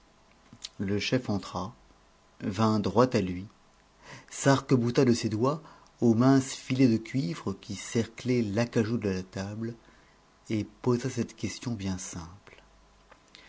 le chef entra vint droit à lui sarc bouta de ses doigts aux minces filets de cuivre qui cerclaient l'acajou de la table et posa cette question bien simple